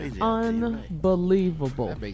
unbelievable